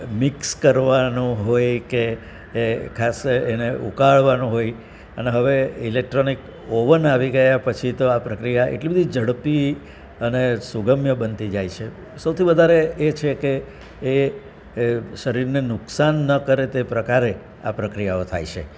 mix કરવાનું હોય કે એ ખાસ એને ઉકાળવાનું હોય અને હવે ઇલેક્ટ્રોનિક ઓવન આવી ગયાં પછી તો આ પ્રક્રિયા એટલી બધી ઝડપી અને સુગમ્ય બનતી જાય છે સૌથી વધારે એ છે કે એ શરીરને નુકસાન ન કરે તે પ્રકારે આ પ્રક્રિયાઓ થાય છે